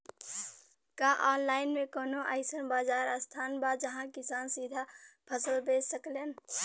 का आनलाइन मे कौनो अइसन बाजार स्थान बा जहाँ किसान सीधा फसल बेच सकेलन?